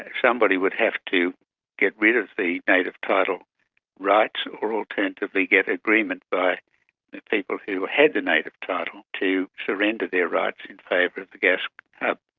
ah somebody would have to get rid of the native title rights or alternatively get agreement by people who had the native title to surrender their rights in favour of the gas hub.